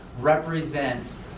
represents